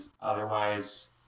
otherwise